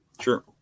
Sure